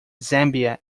zambia